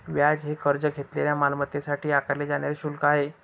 व्याज हे कर्ज घेतलेल्या मालमत्तेसाठी आकारले जाणारे शुल्क आहे